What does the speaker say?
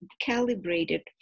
calibrated